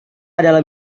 adalah